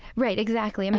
right, exactly. i mean,